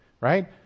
right